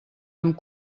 amb